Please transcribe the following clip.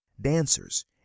dancers